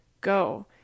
Go